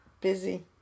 Busy